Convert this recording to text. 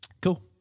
cool